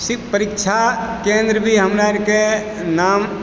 सिर्फ परीक्षा केन्द्र भी हमरा आरके नाम